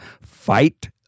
fight